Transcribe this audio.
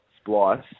splice